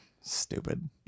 stupid